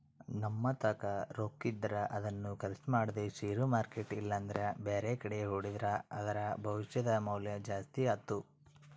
ನಮ್ಮತಾಕ ರೊಕ್ಕಿದ್ರ ಅದನ್ನು ಖರ್ಚು ಮಾಡದೆ ಷೇರು ಮಾರ್ಕೆಟ್ ಇಲ್ಲಂದ್ರ ಬ್ಯಾರೆಕಡೆ ಹೂಡಿದ್ರ ಅದರ ಭವಿಷ್ಯದ ಮೌಲ್ಯ ಜಾಸ್ತಿ ಆತ್ತು